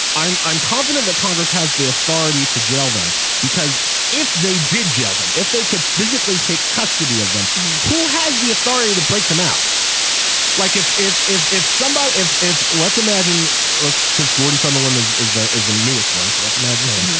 i'm i'm confident that congress has the authority to jail them because if they did jail them if they could physically take custody of them who has the authority to break them out like if if if if somebody if if. let's imagine it's because gordon sunderland is is as the newest one so let's imagine him.